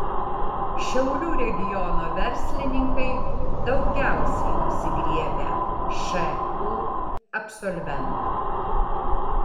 šiaulių regiono verslininkai daugiausiai nusigriebia šu absolventų